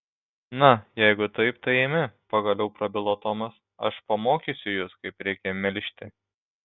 na jeigu taip tai eime pagaliau prabilo tomas aš pamokysiu jus kaip reikia melžti